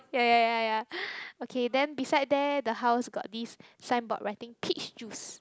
ya ya ya ya okay then beside there the house got this signboard writing peach juice